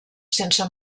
sense